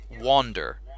wander